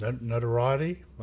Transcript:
Notoriety